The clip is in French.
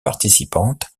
participantes